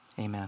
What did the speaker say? Amen